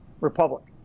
republic